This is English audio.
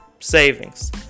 savings